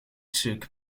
took